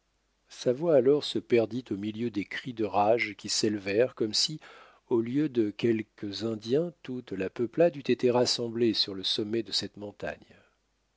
sa voix alors se perdit au milieu des cris de rage qui s'élevèrent comme si au lieu de quelques indiens toute la peuplade eût été rassemblée sur le sommet de cette montagne